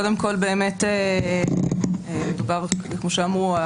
קודם כל באמת מדובר כמו שאמרו,